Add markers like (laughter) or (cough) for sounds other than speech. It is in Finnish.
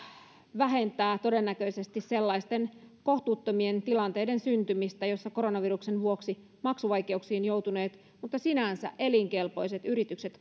vähentää todennäköisesti sellaisten kohtuuttomien tilanteiden syntymistä joissa koronaviruksen vuoksi maksuvaikeuksiin joutuneet mutta sinänsä elinkelpoiset yritykset (unintelligible)